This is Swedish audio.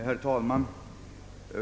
Herr talman!